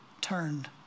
turned